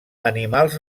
animals